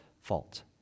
fault